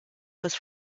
was